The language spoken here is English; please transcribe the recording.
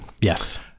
Yes